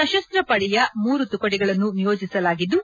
ಸಶಸ್ತ ಪಡೆಯ ಮೂರು ತುಕಡಿಗಳನ್ನು ನಿಯೋಜಿಸಲಾಗಿದ್ದು